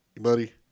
buddy